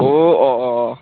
अ अ अ अ